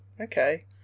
Okay